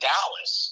Dallas